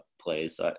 plays